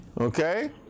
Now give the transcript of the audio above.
Okay